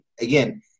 again –